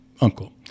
uncle